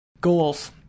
Goals